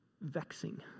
vexing